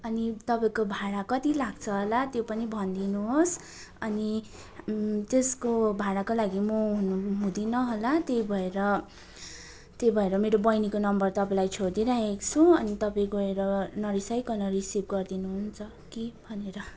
अनि तपाईँको भाडा कति लाग्छ होला त्यो पनि भनिदिनु होस् अनि त्यसको भाडाको लागि म हुनु हुँदिनँ होला त्यही भएर त्यही भएर मेरो बैनीको नम्बर तपाईँलाई छोडिदिई रहेको छु अनि तपाईँ गएर नरिसाइकन रिसिभ गरिदिनु हुन्छ कि भनेर